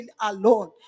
alone